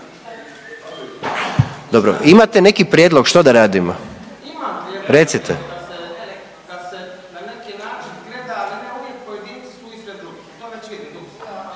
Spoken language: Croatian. Dobro, imate neki prijedlog, što da radimo?